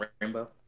rainbow